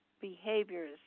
behaviors